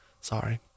Sorry